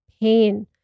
pain